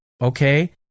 okay